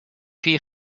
vier